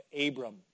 Abram